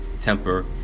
temper